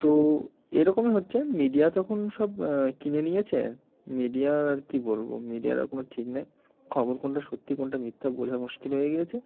তো এরকমই হচ্ছে মিডিয়া তখন সব কিনে নিয়েছে মিডিয়ার আর কী বলবো মিডিয়ার আর কোনো ঠিক নেই খবর কোনটা সত্যি কোনটা মিথ্যা বোঝা মুশকিল হয়ে গিয়েছে